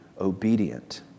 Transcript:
obedient